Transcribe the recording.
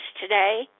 today